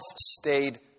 stayed